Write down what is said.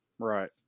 Right